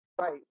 Right